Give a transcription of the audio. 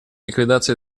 ликвидации